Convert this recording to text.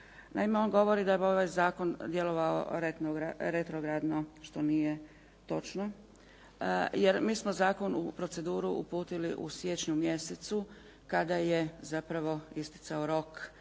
Naime, on govori da bi ovaj zakon djelovao retrogradno, što nije točno jer mi smo zakon u proceduru uputili u siječnju mjesecu kada je zapravo isticao rok